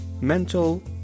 mental